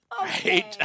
right